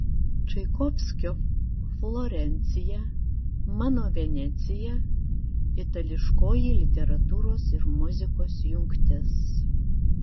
čaikovskio florencija mano venecija itališkoji literatūros ir muzikos jungtis